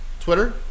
Twitter